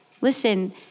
listen